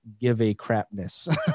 give-a-crapness